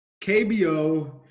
KBO